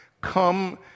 come